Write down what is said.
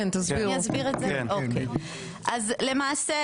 כבר מונחות